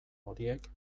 horiek